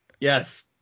Yes